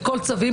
בכל הצווים?